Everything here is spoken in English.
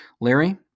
Larry